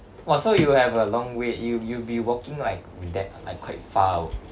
!wah! so you will have a long wait you you'd be walking like with that Iike quite far